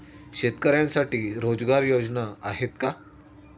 शेतकऱ्यांसाठी रोजगार योजना आहेत का?